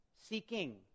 seeking